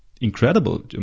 incredible